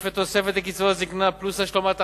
תוספת נוספת לקצבת זיקנה פלוס השלמת הכנסה,